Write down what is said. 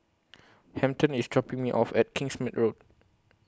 Hampton IS dropping Me off At Kingsmead Road